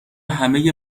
همه